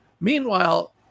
Meanwhile